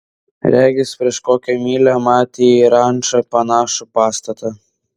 regis prieš kokią mylią matė į rančą panašų pastatą